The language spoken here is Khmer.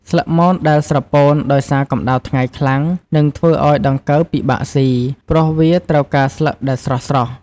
ស្លឹកមនដែលស្រពោនដោយសារកម្ដៅថ្ងៃខ្លាំង នឹងធ្វើឲ្យដង្កូវពិបាកសុី ព្រោះវាត្រូវការស្លឹកដែលស្រស់ៗ។